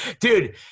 Dude